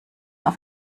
auf